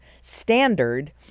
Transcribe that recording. standard